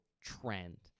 trend